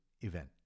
event